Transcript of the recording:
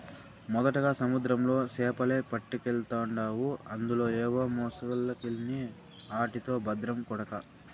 మొదటగా సముద్రంలో సేపలే పట్టకెల్తాండావు అందులో ఏవో మొలసకెల్ని ఆటితో బద్రం కొడకా